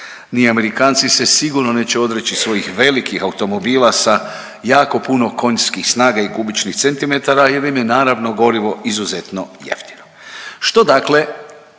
Ni Amerikanci se sigurno neće odreći svojih velikih automobila sa jako puno konjskih snaga i kubičnih centimetara jer im je naravno gorivo izuzetno jeftino. Što dakle